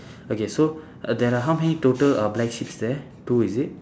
okay so there are how many total uh black sheeps there two is it